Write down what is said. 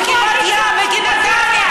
וכבת ים כנתניה,